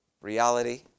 Reality